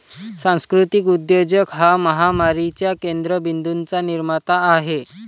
सांस्कृतिक उद्योजक हा महामारीच्या केंद्र बिंदूंचा निर्माता आहे